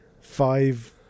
five